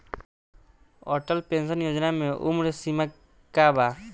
Atal pension योजना मे उम्र सीमा का बा?